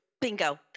Bingo